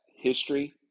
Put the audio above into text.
History